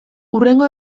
hurrengo